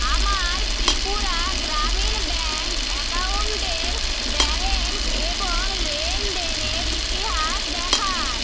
আমার ত্রিপুরা গ্রামীণ ব্যাঙ্ক অ্যাকাউন্টের ব্যালেন্স এবং লেনদেনের ইতিহাস দেখান